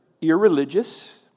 irreligious